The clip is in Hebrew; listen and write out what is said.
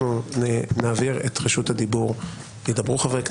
אנחנו נעביר את רשות הדיבור, ידברו חברי כנסת,